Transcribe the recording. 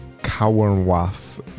Cowanwath